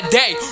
day